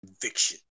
conviction